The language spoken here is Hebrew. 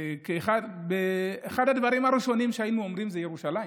אחד הדברים הראשונים שהיינו אומרים זה ירושלים.